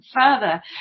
further